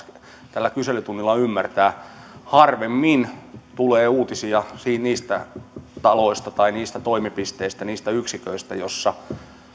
tällä kyselytunnilla ymmärtää harvemmin tulee uutisia niistä taloista tai niistä toimipisteitä niistä yksiköistä joissa